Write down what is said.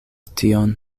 tion